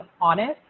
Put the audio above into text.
honest